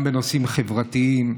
גם בנושאים חברתיים.